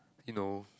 you know